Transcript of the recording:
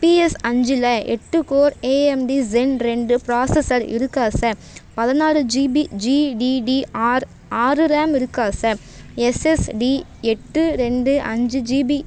PS அஞ்சில் எட்டு core AMD Zen ரெண்டு ப்ராஸஸர் இருக்கா சார் பதினாறு ஜிபி ஜிடிடிஆர் ஆறு ரேம் இருக்கா சார் எஸ்எஸ்டி எட்டு ரெண்டு அஞ்சு ஜிபி